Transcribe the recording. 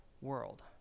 world